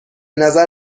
نظر